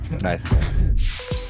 Nice